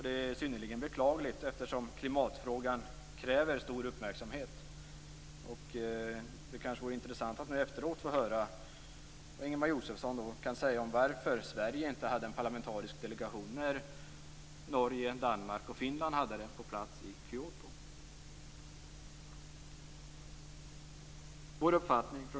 Det är synnerligen beklagligt eftersom klimatfrågan kräver stor uppmärksamhet. Det vore intressant att nu efteråt få höra vad Ingemar Josefsson kan säga om varför Sverige inte hade en parlamentarisk delegation när Norge, Danmark och Finland hade det på plats i Kyoto.